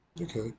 Okay